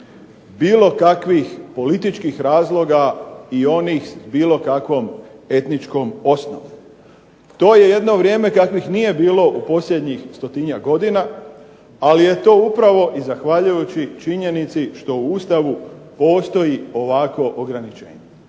bilo kakvih političkih razloga i onih bilo kakvom etničkom osnovu. To je jedno vrijeme kakvih nije bilo u posljednjih 100-njak godina, ali je to upravo i zahvaljujući činjenici što u Ustavu postoji ovakvo ograničenje.